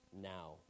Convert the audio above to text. Now